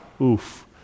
Oof